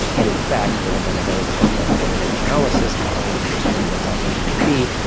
and in fact they had done a very complex genetic analysis to try and understand what that gene might be.